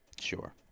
Sure